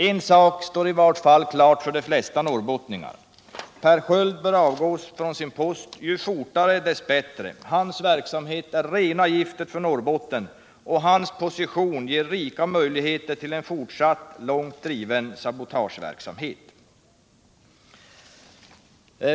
En sak står i vart fall klar för de flesta norrbottningar: Per Sköld bör avgå från sin post —ju förr desto bättre. Hans verksamhet är rena giftet för Norrbotten, och hans position ger rika möjligheter till en fortsatt långt driven sabotageverksamhet.